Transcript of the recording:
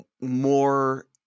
more